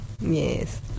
yes